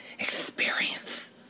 experience